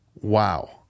wow